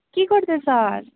के गर्दैछस्